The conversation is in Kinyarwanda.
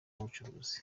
ubucuruzi